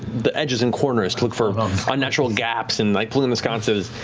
the edges and corners to look for unnatural gaps and like pulling the sconces.